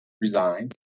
resign